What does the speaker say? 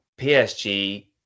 PSG